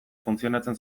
funtzionatzen